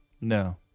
No